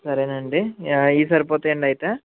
సరేనండి అవి సరిపోతాయాండి అయితే